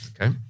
Okay